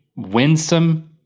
winsome.